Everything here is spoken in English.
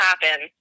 happen